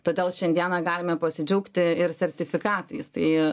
todėl šiandieną galime pasidžiaugti ir sertifikatais tai